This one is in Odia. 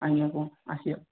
ଆଜ୍ଞା କୁହନ୍ତୁ ଆସିବ